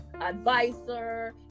advisor